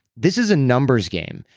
this is a numbers game.